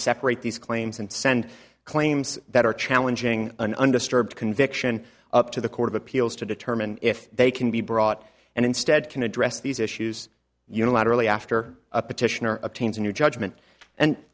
separate these claims and send claims that are challenging an undisturbed conviction up to the court of appeals to determine if they can be brought and instead can address these issues unilaterally after a petition or obtains in your judgment and